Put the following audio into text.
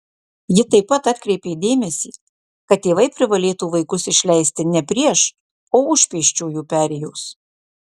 ji taip pat atkreipė dėmesį kad tėvai privalėtų vaikus išleisti ne prieš o už pėsčiųjų perėjos